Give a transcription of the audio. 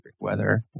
Weather